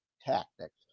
tactics